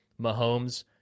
Mahomes